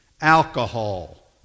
alcohol